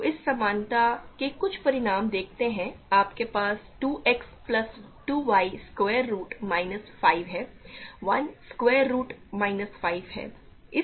तो इस समानता के कुछ परिणाम देखते हैं आपके पास 2 x plus 2 y square root minus 5 है 1 स्क्वायर रुट माइनस 5 है